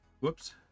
whoops